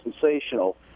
sensational